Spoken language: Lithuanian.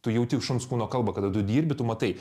tu jauti šuns kūno kalbą kada tu dirbi tu matai